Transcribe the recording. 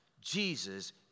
Jesus